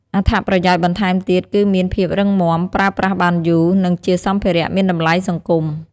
អត្ថប្រយោជន៍បន្ថែមទៀតគឺមានភាពរឹងមាំ ប្រើប្រាស់បានយូរ និងជាសម្ភារៈមានតម្លៃសង្គម។